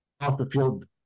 off-the-field